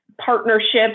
partnerships